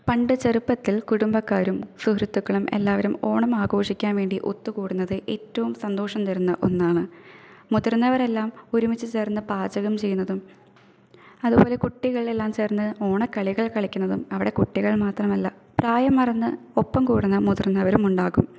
പണ്ട് ചെറുപ്പത്തിൽ കുടുംബക്കാരും സുഹൃത്തുക്കളും എല്ലാവരും ഓണം ആഘോഷിക്കാൻ വേണ്ടി ഒത്തു കൂടുന്നത് ഏറ്റവും സന്തോഷം തരുന്ന ഒന്നാണ് മുതിർന്നവരെല്ലാം ഒരുമിച്ച് ചേർന്ന് പാചകം ചെയ്യുന്നതും അതുപോലെ കുട്ടികളെല്ലാം ചേർന്ന് ഓണക്കളികൾ കളിക്കുന്നതും അവിടെ കുട്ടികൾ മാത്രമല്ല പ്രായം മറന്ന് ഒപ്പം കൂടുന്ന മുതിർന്നവരും ഉണ്ടാകും